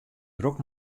drok